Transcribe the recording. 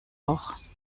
auch